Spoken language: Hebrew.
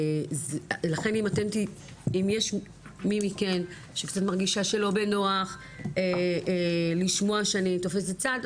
לכן אם יש מי מכן שקצת מרגישה שלא בנוח לשמוע שאני תופסת צד,